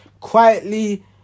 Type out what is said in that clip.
Quietly